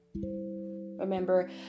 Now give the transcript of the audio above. Remember